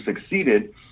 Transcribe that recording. succeeded